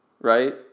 right